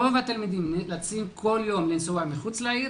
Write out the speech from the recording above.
רוב התלמידים נאלצים כל יום לנסוע מחוץ לעיר,